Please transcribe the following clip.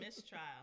mistrial